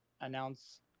announce